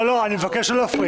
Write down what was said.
לא, לא, אני מבקש לא להפריע.